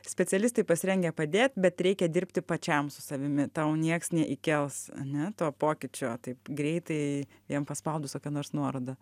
specialistai pasirengę padėt bet reikia dirbti pačiam su savimi tau nieks neįkels ane to pokyčio taip greitai jam paspaudus kokią nors nuorodą